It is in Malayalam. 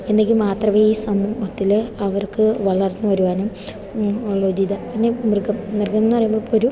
എന്നെങ്കിൽ മാത്രമേ ഈ സമൂഹത്തിൽ അവർക്ക് വളർന്ന് വരുവാനും നല്ലൊരിത് പിന്നെ മൃഗം മൃഗം എന്ന് പറയുമ്പോൾ ഇപ്പോൾ ഒരു